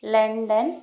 London